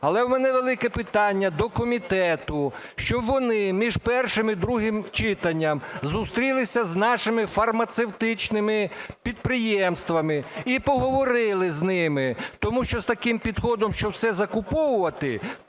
але в мене велике питання до комітету, щоб вони між першим і другим читанням зустрілися з нашими фармацевтичними підприємствами і поговорили з ними, тому що з таким підходом, що все закуповувати,